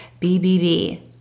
BBB